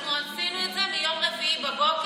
אנחנו עשינו את זה מיום רביעי בבוקר,